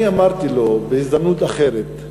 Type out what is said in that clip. אני אמרתי לו בהזדמנות אחרת,